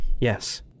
Yes